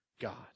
God